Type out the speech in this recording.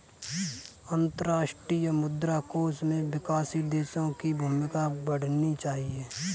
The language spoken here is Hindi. अंतर्राष्ट्रीय मुद्रा कोष में विकासशील देशों की भूमिका पढ़नी चाहिए